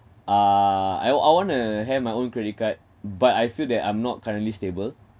uh I want I want to have my own credit card but I feel that I'm not currently stable